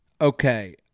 Okay